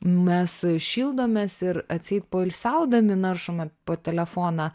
mes šildomės ir atseit poilsiaudami naršome po telefoną